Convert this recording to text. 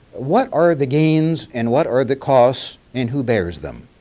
what are the gains and what are the costs and who bares them?